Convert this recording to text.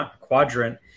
quadrant